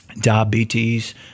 Diabetes